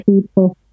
people